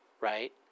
Right